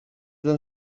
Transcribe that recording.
ήταν